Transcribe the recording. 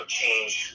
change